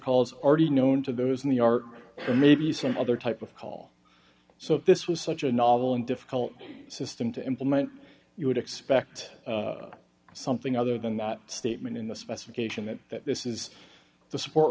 calls already known to those in the art or maybe some other type of call so if this was such a novel and difficult system to implement you would expect something other than that statement in the specification it that this is the support